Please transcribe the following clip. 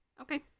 Okay